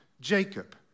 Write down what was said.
Jacob